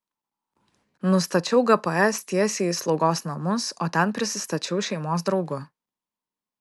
nustačiau gps tiesiai į slaugos namus o ten prisistačiau šeimos draugu